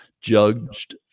judged